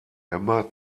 emma